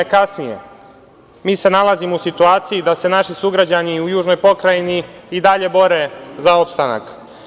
Mi se 22 godine kasnije nalazimo u situaciji da se naši sugrađani u južnoj pokrajini i dalje bore za opstanak.